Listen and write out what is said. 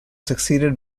succeeded